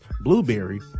Blueberry